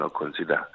consider